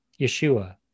Yeshua